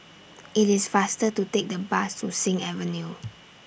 IT IS faster to Take The Bus to Sing Avenue